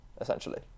essentially